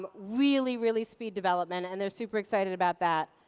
but really, really speed development and they're super excited about that.